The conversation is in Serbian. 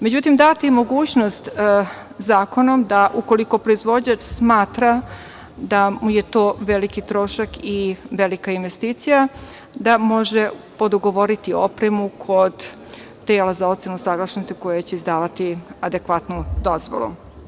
Međutim, data je mogućnost zakonom da ukoliko proizvođač smatra da mu je to veliki trošak i velika investicija, da može podugovoriti opremu kod tela za ocenu usaglašenosti, koja će izdavati adekvatnu dozvolu.